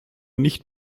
nicht